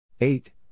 eight